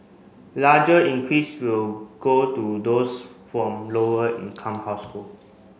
larger increase will go to those from lower income household